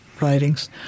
writings